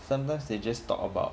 sometimes they just talk about